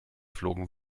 flogen